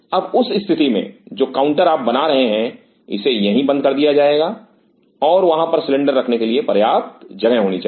अब उस स्थिति में जो काउंटर आप बना रहे हैं इसे यहीं बंद कर दिया जाएगा और वहां पर सिलेंडर रखने के लिए पर्याप्त जगह होनी चाहिए